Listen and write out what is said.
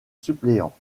suppléant